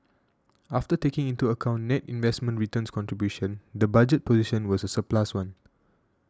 after taking into account net investment returns contribution the budget position was a surplus one